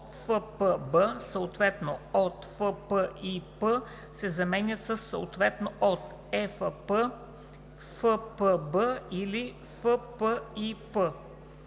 ФПБ, съответно от ФПИП“ се заменят със „съответно от ЕФП, ФПБ или ФПИП“.